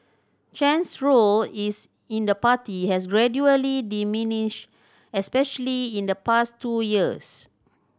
Chen's role is in the party has gradually diminished especially in the past two years